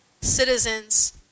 citizens